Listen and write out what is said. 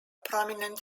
prominent